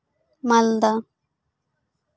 ᱢᱟᱞᱫᱟ